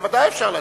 ודאי שאפשר להצביע,